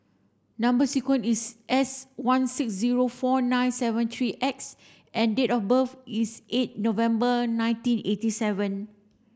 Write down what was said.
number sequence is S one six zero four nine seven three X and date of birth is eight November nineteen eighty seven